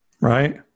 Right